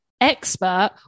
expert